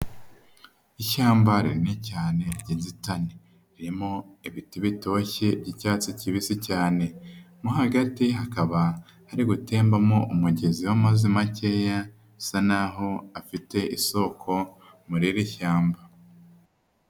ishyambare rinini cyane ry'inzitane, ririmo ibiti bitoshye by'icyatsi kibisi cyane. Mo hagati hakaba hari gutembamo umugezi w'amazi makeya, usa naho afite isoko muri iri shyamba.